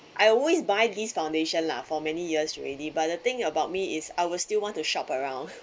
I always buy this foundation lah for many years already but the thing about me is I will still want to shop around